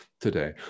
today